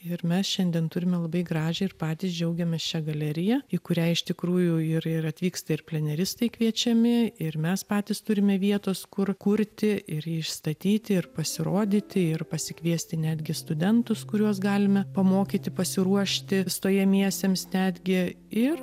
ir mes šiandien turime labai gražią ir patys džiaugiamės šia galerija į kurią iš tikrųjų ir ir atvyksta ir pleneristai kviečiami ir mes patys turime vietos kur kurti ir išstatyti ir pasirodyti ir pasikviesti netgi studentus kuriuos galime pamokyti pasiruošti stojamiesiems netgi ir